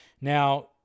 Now